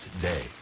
day